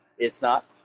it's not,